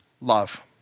love